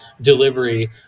delivery